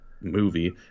movie